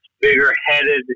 bigger-headed